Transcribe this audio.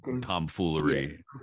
tomfoolery